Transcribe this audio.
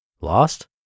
Lost